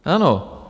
Ano.